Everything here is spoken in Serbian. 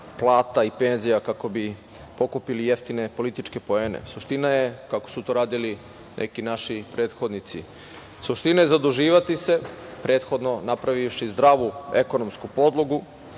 plata i penzija kako bi pokupili jeftine političke poene. Suština je, kako su to radili neki naši prethodnici. Suština je zaduživati se, prethodno napravivši zdravu ekonomsku podlogu,